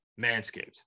Manscaped